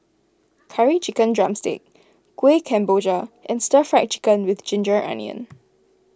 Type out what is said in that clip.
Curry Chicken Drumstick Kuih Kemboja and Stir Fried Chicken with Ginger Onions